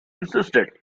insisted